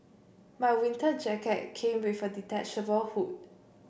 my winter jacket came with a detachable hood